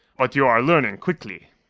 but you are learning quickly.